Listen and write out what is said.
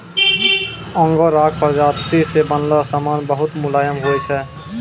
आंगोराक प्राजाती से बनलो समान बहुत मुलायम होय छै